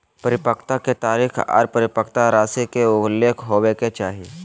परिपक्वता के तारीख आर परिपक्वता राशि के उल्लेख होबय के चाही